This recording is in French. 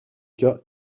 cas